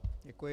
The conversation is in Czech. Děkuji.